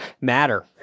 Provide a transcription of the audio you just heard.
matter